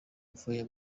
mvuye